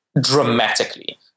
dramatically